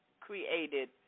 created